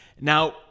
Now